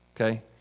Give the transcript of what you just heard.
okay